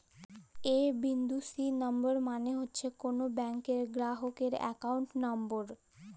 এ বিন্দু C number মালে হছে কল ব্যাংকের গেরাহকের একাউল্ট লম্বর